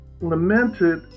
lamented